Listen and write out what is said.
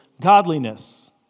godliness